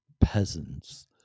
peasants